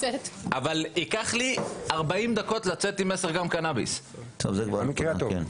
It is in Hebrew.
אבל ייקח לי 40 דקות לצאת עם עשרה גרם קנביס במקרה הטוב.